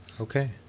Okay